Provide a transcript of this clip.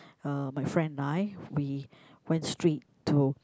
uh my friend and I we went straight to